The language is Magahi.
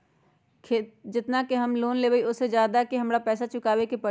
जेतना के हम लोन लेबई ओ से ज्यादा के हमरा पैसा चुकाबे के परी?